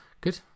Good